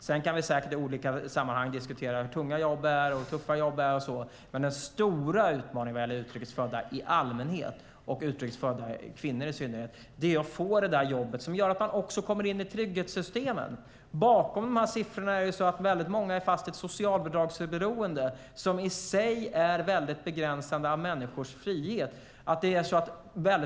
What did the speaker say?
Vi kan i olika sammanhang diskutera hur tunga och tuffa jobb är, men den stora utmaningen när det gäller utrikes födda i allmänhet och utrikes födda kvinnor i synnerhet är att de ska få ett jobb som gör att de kommer in i trygghetssystemen. Bakom siffrorna döljer sig att många är fast i ett socialbidragsberoende som i sig begränsar människors frihet.